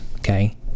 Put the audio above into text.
Okay